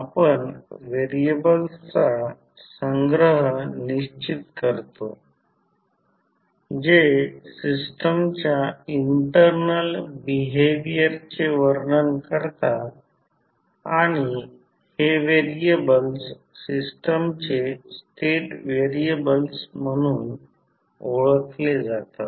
आपण व्हेरिएबल्सचा संग्रह निश्चित करतो जे सिस्टमच्या इंटर्नल बिहेविअर चे वर्णन करतात आणि हे व्हेरिएबल्स सिस्टमचे स्टेट व्हेरिएबल्स म्हणून ओळखले जातात